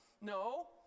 No